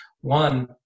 One